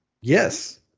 Yes